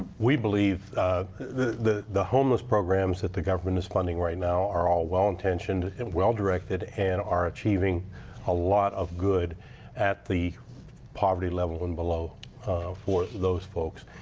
we believe the the homeless programs that the government funding right now are all well intentioned. and well directed and are achieving a lot of good at the poverty level and below for those folks.